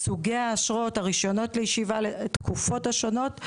את סוגי האשרות, הרישיונות לישיבה לתקופות השונות,